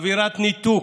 אווירת ניתוק,